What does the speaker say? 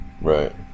Right